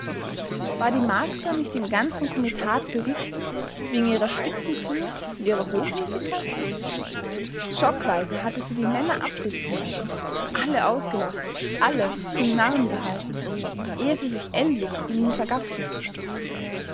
war die marcsa nicht im ganzen komitat berüchtigt wegen ihrer spitzen zunge und ihrer hochnäsigkeit schockweise hatte sie die männer abblitzen lassen alle ausgelacht alle zum narren gehalten ehe sie sich endlich in ihn vergaffte